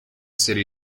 city